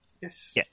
Yes